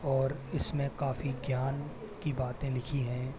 और इसमें काफ़ी ज्ञान की बातें लिखी हैं